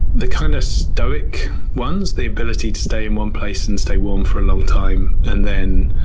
the kind of stoic ones, the ability to stay in one place and stay warm for a long time. and then,